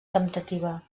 temptativa